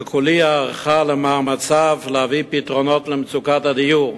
שכולי הערכה למאמציו להביא פתרונות למצוקת הדיור,